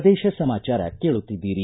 ಪ್ರದೇಶ ಸಮಾಚಾರ ಕೇಳುತ್ತಿದ್ದೀರಿ